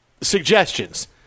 suggestions